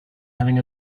having